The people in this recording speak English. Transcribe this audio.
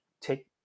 Take